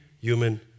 human